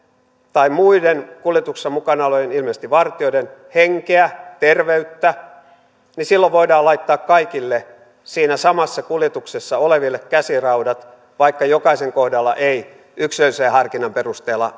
tai muiden kuljetuksessa mukana olevien ilmeisesti vartijoiden henkeä terveyttä niin silloin voidaan laittaa kaikille siinä samassa kuljetuksessa oleville käsiraudat vaikka jokaisen kohdalla ei yksilöllisen harkinnan perusteella